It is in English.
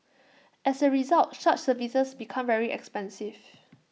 as A result such services become very expensive